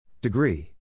Degree